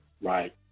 Right